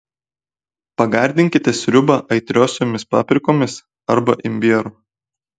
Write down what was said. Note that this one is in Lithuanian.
pagardinkite sriubą aitriosiomis paprikomis arba imbieru